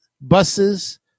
buses